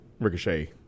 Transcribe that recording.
ricochet